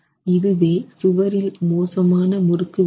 இதுவே சுவரில் மோசமான முறுக்கு விசை